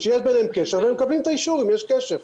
שיש ביניהם קשר והם מקבלים את האישור אם יש קשר.